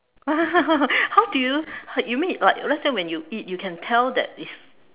how did you you mean like let's say when you eat you can tell that it's